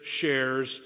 shares